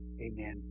Amen